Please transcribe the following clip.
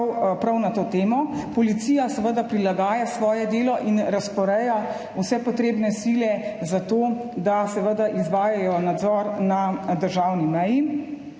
na to temo. Policija seveda prilagaja svoje delo in razporeja vse potrebne sile za to, da izvajajo nadzor na državni meji.